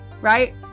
right